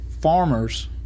farmers